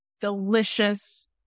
delicious